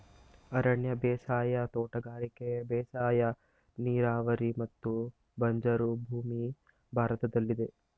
ಅರಣ್ಯ ಬೇಸಾಯ, ತೋಟಗಾರಿಕೆ ಬೇಸಾಯ, ನೀರಾವರಿ ಮತ್ತು ಬಂಜರು ಭೂಮಿ ಭಾರತದಲ್ಲಿದೆ